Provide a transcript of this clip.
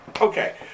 okay